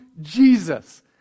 Jesus